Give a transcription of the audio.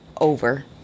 Over